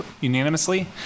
unanimously